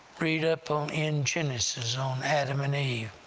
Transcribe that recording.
read up on in genesis on adam and eve,